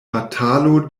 batalo